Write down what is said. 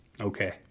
Okay